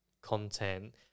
content